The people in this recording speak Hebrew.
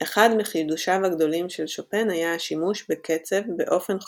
אחד מחידושיו הגדולים של שופן היה השימוש בקצב באופן חופשי,